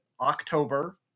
October